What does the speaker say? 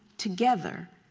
together,